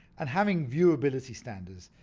and having viewability standards.